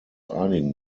einigen